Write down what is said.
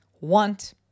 want